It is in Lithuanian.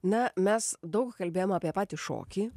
na mes daug kalbėjom apie patį šokį